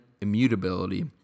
immutability